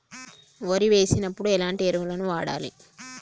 వరి వేసినప్పుడు ఎలాంటి ఎరువులను వాడాలి?